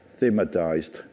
thematized